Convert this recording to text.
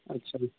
अच्छा